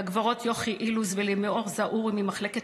לגברות יוכי אילוז ולימור זהורי ממחלקת